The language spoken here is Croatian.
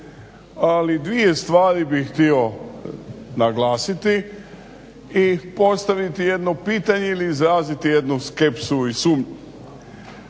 Ali dvije stvari bih htio naglasiti i postaviti jedno pitanje ili izraziti jednu skepsu i sumnju.